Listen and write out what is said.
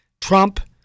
Trump